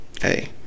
Hey